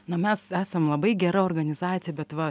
na mes esam labai gera organizacija bet va